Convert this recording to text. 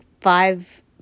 five